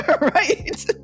Right